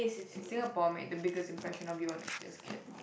in Singapore made the biggest impression of you on you as kid